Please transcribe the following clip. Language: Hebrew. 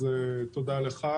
אז תודה לך,